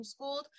homeschooled